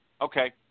Okay